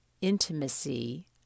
intimacy